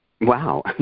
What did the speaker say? Wow